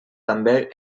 també